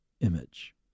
image